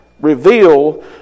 reveal